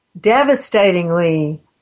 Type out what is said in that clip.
devastatingly